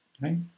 right